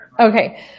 Okay